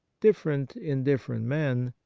different in different men,